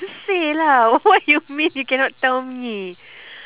just say lah what you mean you cannot tell me